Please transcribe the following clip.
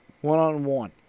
one-on-one